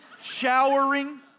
showering